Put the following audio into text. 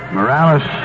Morales